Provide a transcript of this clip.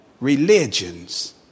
religions